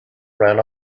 ran